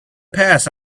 past